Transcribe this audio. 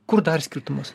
kur dar skirtumas